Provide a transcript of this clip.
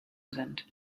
sind